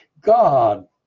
God